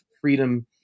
freedom